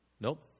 Nope